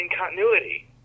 continuity